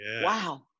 Wow